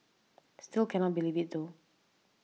still cannot believe it though